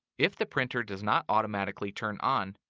if the printer does not automatically turn on,